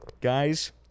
guys